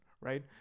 right